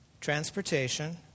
transportation